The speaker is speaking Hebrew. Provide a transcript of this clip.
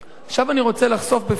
אני רוצה לחשוף בפניכם,